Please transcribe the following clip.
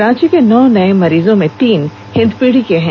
रांची के नौ नए मरीजों में तीन हिंदपीढ़ी के हैं